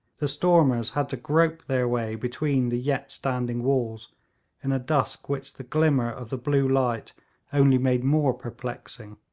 the stormers had to grope their way between the yet standing walls in a dusk which the glimmer of the blue light only made more perplexing.